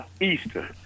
Easter